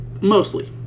Mostly